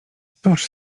cóż